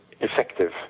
effective